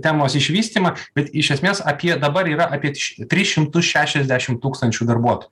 temos išvystymą bet iš esmės apie dabar yra apie tris šimtus šešiasdešim tūkstančių darbuotojų